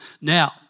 Now